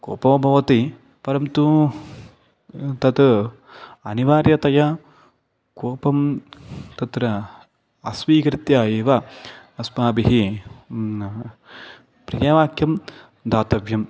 कोपो भवति परन्तु तत् अनिवार्यतया कोपं तत्र अस्वीकृत्य एव अस्माभिः प्रियवाक्यं दातव्यम्